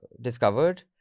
discovered